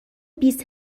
بیست